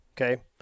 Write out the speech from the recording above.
Okay